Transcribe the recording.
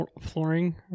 flooring